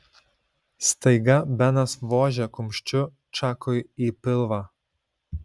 staiga benas vožė kumščiu čakui į pilvą